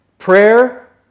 Prayer